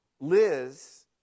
Liz